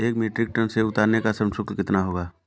एक metric ton सेव उतारने का श्रम शुल्क कितना होगा?